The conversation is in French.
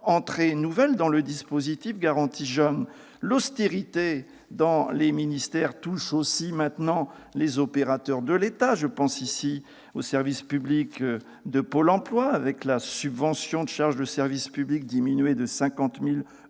entrées nouvelles dans le dispositif garantie jeunes. L'austérité dans les ministères touche aussi maintenant les opérateurs de l'État. Je pense au service public de Pôle emploi dont la subvention pour charges de service public diminue de 50